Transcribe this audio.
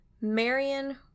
Marion